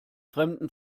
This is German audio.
fremden